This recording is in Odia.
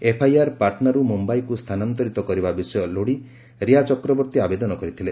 ଏଫ୍ଆଇଆର୍ ପାଟନାରୁ ମୁମ୍ୟାଇକୁ ସ୍ଥାନାନ୍ତରିତ କରିବା ବିଷୟ ଲୋଡ଼ି ରିୟା ଚକ୍ରବର୍ତ୍ତୀ ଆବେଦନ କରିଥିଲେ